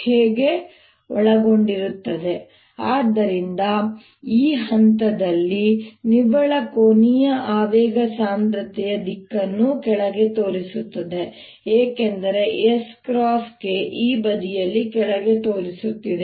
000 ಆದ್ದರಿಂದ ಈ ಹಂತದಲ್ಲಿ ನಿವ್ವಳ ಕೋನೀಯ ಆವೇಗ ಸಾಂದ್ರತೆಯ ದಿಕ್ಕನ್ನು ಕೆಳಗೆ ತೋರಿಸುತ್ತಿದೆ ಏಕೆಂದರೆ ಇದು s × k ಈ ಬದಿಯಲ್ಲಿ ಕೆಳಗೆ ತೋರಿಸುತ್ತಿದೆ